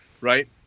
right